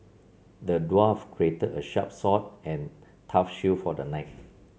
the dwarf created a sharp sword and tough shield for the knight